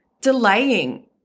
delaying